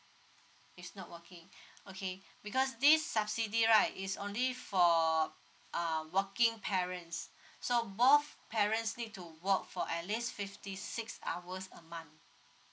is not working okay because this subsidy right is only for uh working parents so both parents need to work for at least fifty six hours a month